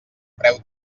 preu